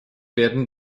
werden